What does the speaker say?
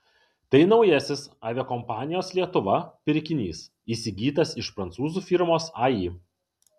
tai naujasis aviakompanijos lietuva pirkinys įsigytas iš prancūzų firmos ai